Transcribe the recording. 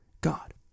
God